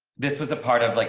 this was a part of, like,